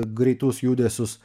greitus judesius